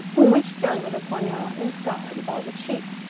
from which dangled a poignard in scarlet velvet sheath.